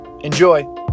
Enjoy